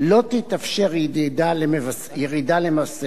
לא תתאפשר ירידה למבשרת,